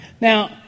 Now